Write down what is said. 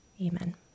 Amen